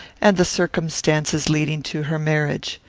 and the circumstances leading to her marriage.